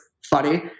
funny